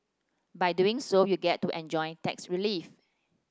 by doing so you get to enjoy tax relief